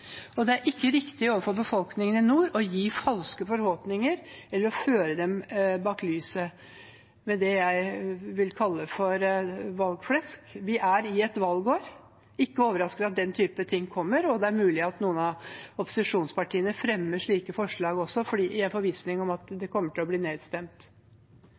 Det er ikke riktig overfor befolkningen i nord å gi falske forhåpninger eller å føre dem bak lyset med det jeg vil kalle for valgflesk. Vi er i et valgår. Det er ikke overraskende at den typen ting kommer. Det er mulig at noen av opposisjonspartiene fremmer slike forslag i en forvissning om at det kommer til å bli